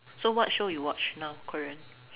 so what show you watch now Korean